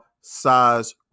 size